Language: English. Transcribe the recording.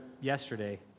yesterday